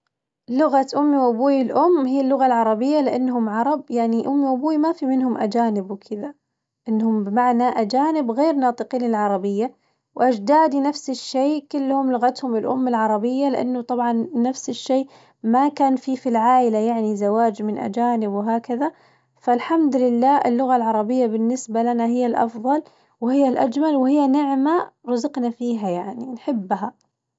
لغة أمي وأبوية الأم هي اللغة العربية لأنهم عرب يعني أمي وأبوي ما في منهم أجانبي وكذا، إنهم بمعنى أجانب غير ناطقين العربية وأجدادي نفس الشي كلهم لغتهم الأم العربية لأنه طبعاً نفس الشي، ما كان في العايلة يعني زواج من أجانب وهكذا، فالحمد لله اللغة العربية بالنسبة لنا هي الأفظل وهي الأجمل وهي نعمة رزقنا فيها يعني نحبها.